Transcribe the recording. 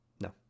No